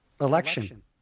election